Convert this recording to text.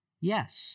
Yes